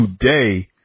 today